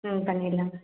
ம் பண்ணிடலாம்மா